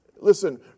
Listen